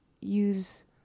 use